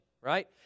Right